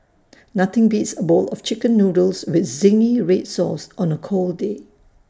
nothing beats A bowl of Chicken Noodles with Zingy Red Sauce on A cold day